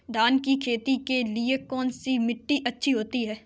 धान की खेती के लिए कौनसी मिट्टी अच्छी होती है?